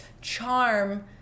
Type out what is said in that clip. charm